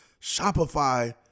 Shopify